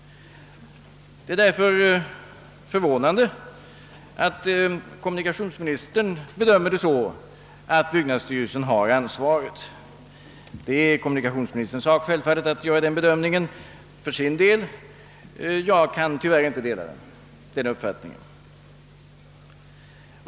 Det är därför förvånande att kommuni. kationsministern bedömer det så att byggnadsstyrelsen har ansvaret. Det är självfallet - kommunikationsministerns sak att göra den bedömningen för sin del; jag kan tyvärr inte dela hans uppfattning.